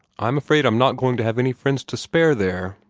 i'm afraid i'm not going to have any friends to spare there.